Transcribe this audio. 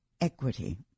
equity